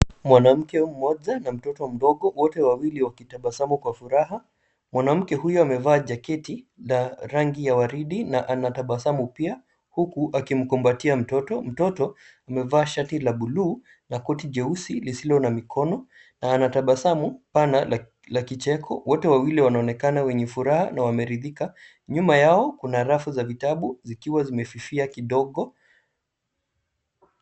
Mwanamke mmoja na mtoto mdogo wote wawili wakitabasamu kwa furaha. Mwanamke huyo amevaa jaketi la rangi ya ua ridi na anatabasamu pia huku akimkumbatia mtoto. Mtoto amevaa shati la bluu na koti jeusi lisilo na mikono na ana tabasamu pana la- la kicheko. Wote wawili wanaonekana wenye furaha na wameridhika. Nyuma yao kuna rafu ya vitabu zikiwa zimefifia kidogo.